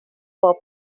pob